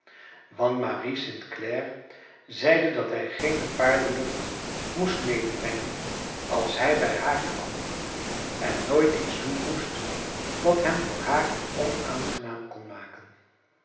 marie st clare zeide dat hij geene paardenlucht moest medebrengen als hij bij haar kwam en nooit iets doen moest dat hem voor haar onaangenaam kon maken